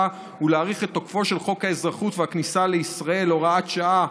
ולהאריך את תוקפו של חוק האזרחות והכניסה לישראל (הוראת שעה),